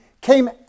came